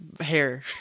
hair